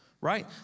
right